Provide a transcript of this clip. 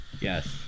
Yes